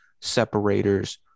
separators